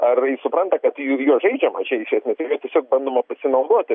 ar supranta kad juo žaidžiama čia iš esmės tiesiog bandoma pasinaudoti